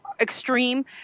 extreme